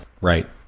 Right